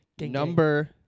Number